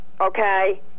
okay